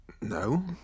no